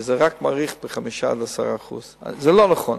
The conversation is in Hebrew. שזה מאריך רק ב-5% עד 10% זה לא נכון,